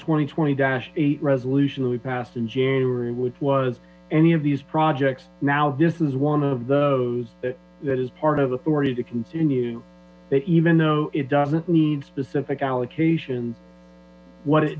twenty twenty dash eight resolution we passed in january which was any of these projects now this is one of those that is part of the authority to continue that even though it doesn't need specific